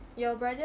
your brother